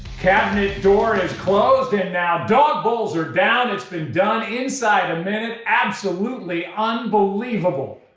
cabinet door is closed and now dog bowls are down. it's been done inside a minute. absolutely unbelievable.